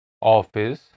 office